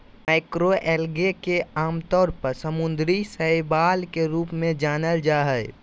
macroalgae के आमतौर पर समुद्री शैवाल के रूप में जानल जा हइ